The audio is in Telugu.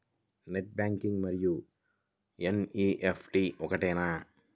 నెట్ బ్యాంకింగ్ మరియు ఎన్.ఈ.ఎఫ్.టీ ఒకటేనా?